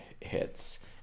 hits